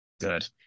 Good